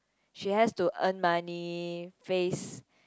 she has to earn money face